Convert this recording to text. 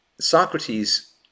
Socrates